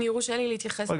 כן,